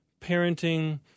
parenting